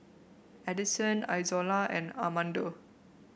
Addison Izola and Armando